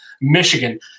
Michigan